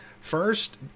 First